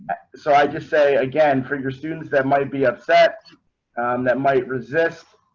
so i just say again for your students that might be upset and that might resist.